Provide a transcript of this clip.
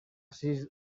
sis